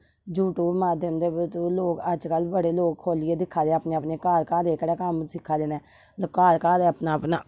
YouTube माध्यम दे लोक अजकल बडे़ लोक खुल्लियै दिक्खा दे अपने अपने घार घार एह्कड़ा कम्म सिक्खा दे ना ते घार घार अपना अपना